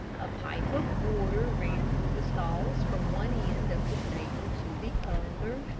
a pipe of water ran through the stalls from one end of the stable to the other.